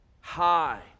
high